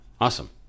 Awesome